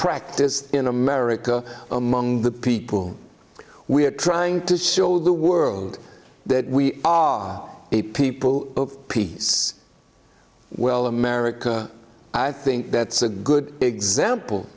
practiced in america among the people we are trying to show the world that we are the people of peace well america i think that's a good example